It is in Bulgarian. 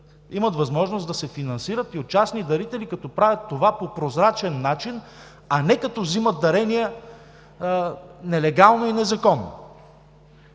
имат възможност да се финансират и от частни дарители, като правят това по прозрачен начин, а не като вземат дарения нелегално и незаконно,